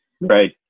right